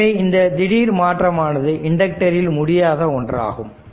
எனவே இந்த திடீர் மாற்றமானது இண்டக்ரில் முடியாத ஒன்றாகும்